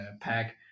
pack